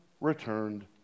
returned